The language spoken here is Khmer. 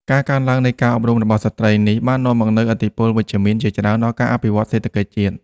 ការកើនឡើងនៃការអប់រំរបស់ស្ត្រីនេះបាននាំមកនូវឥទ្ធិពលវិជ្ជមានជាច្រើនដល់ការអភិវឌ្ឍសេដ្ឋកិច្ចជាតិ។